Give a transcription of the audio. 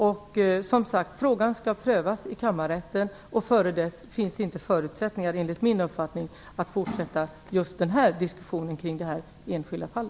Frågan skall som sagt prövas i kammarrätten, och före det finns det enligt min uppfattning inte förutsättningar att fortsätta just den här diskussionen kring detta enskilda fall.